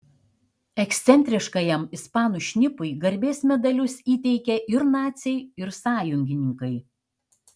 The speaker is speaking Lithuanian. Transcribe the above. ekscentriškajam ispanų šnipui garbės medalius įteikė ir naciai ir sąjungininkai